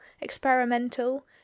experimental